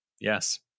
yes